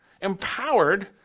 empowered